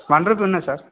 one rupee ఉన్నది sir